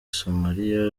somalia